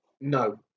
no